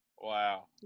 Wow